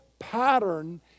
pattern